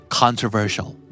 controversial